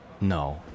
No